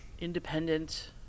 independent